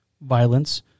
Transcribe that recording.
violence